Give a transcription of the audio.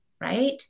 Right